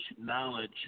knowledge